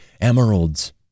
emeralds